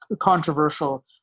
controversial